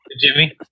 Jimmy